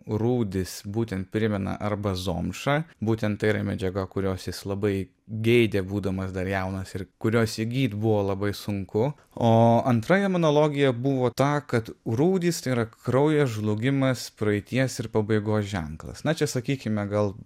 rūdys būtent primena arba zomšą būtent tai yra medžiaga kurios jis labai geidė būdamas dar jaunas ir kurios įgyt buvo labai sunku o antra jam analogija buvo ta kad rūdys tai yra kraujo žlugimas praeities ir pabaigos ženklas na čia sakykime gal